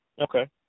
Okay